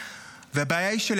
היא אסונית כלפי המדינה,